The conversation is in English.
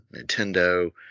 nintendo